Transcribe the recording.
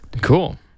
Cool